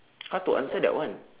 how to answer that one